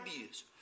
ideas